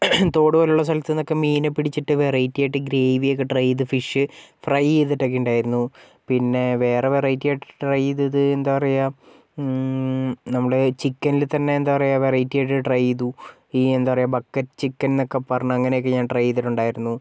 തോടുപോലുള്ള സ്ഥലത്ത് നിന്നൊക്കെ മീന് പിടിച്ചിട്ട് വെറൈറ്റി ആയിട്ട് ഗ്രേവി ഒക്കെ ഇട്ട് ട്രൈ ചെയ്ത് ഫിഷ് ഫ്രൈ ചെയ്തിട്ടൊക്കെയുണ്ടായിരുന്നു പിന്നെ വേറെ വെറൈറ്റി ആയിട്ട് ട്രൈ ചെയ്തത് എന്താ പറയുക നമ്മളുടെ ചിക്കനില് തന്നെ എന്താ പറയുക വെറൈറ്റി ആയിട്ട് ട്രൈ ചെയ്തു ഈ എന്താ പറയുക ബക്കറ്റ് ചിക്കൻ എന്നൊക്കെ പറഞ്ഞു അങ്ങനൊക്കെ ഞാൻ ട്രൈ ചെയ്തിട്ടുണ്ടായിരുന്നു